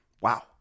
Wow